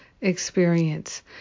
experience